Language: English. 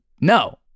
no